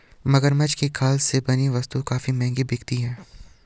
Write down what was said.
मगरमच्छ की खाल से बनी वस्तुएं काफी महंगी बिकती हैं